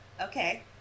Okay